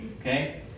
Okay